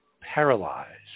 paralyzed